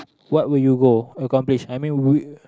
what will you go accomplish I mean wh~